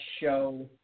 show